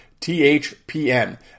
THPN